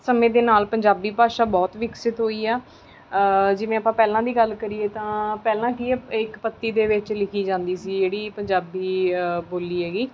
ਸਮੇਂ ਦੇ ਨਾਲ ਪੰਜਾਬੀ ਭਾਸ਼ਾ ਬਹੁਤ ਵਿਕਸਿਤ ਹੋਈ ਆ ਜਿਵੇਂ ਆਪਾਂ ਪਹਿਲਾਂ ਦੀ ਗੱਲ ਕਰੀਏ ਤਾਂ ਪਹਿਲਾਂ ਕੀ ਆ ਇੱਕ ਪੱਤੀ ਦੇ ਵਿੱਚ ਲਿਖੀ ਜਾਂਦੀ ਸੀ ਜਿਹੜੀ ਪੰਜਾਬੀ ਬੋਲੀ ਹੈਗੀ